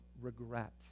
regret